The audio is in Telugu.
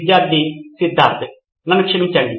విద్యార్థి సిద్ధార్థ్ నన్ను క్షమించండి